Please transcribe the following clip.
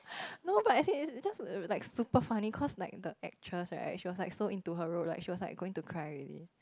no but as in its its just like super funny cause like the actress right she was like so into her role right she was going to cry already